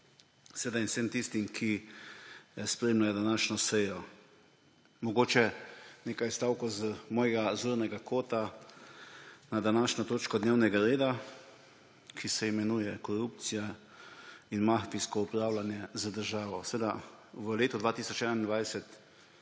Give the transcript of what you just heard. seveda vsem tistim, ki spremljajo današnjo sejo! Mogoče nekaj stavkov z mojega zornega kota na današnjo točko dnevnega reda, ki se imenuje Korupcija in mafijsko upravljanje z državo. V letu 2021